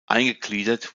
eingegliedert